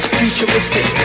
futuristic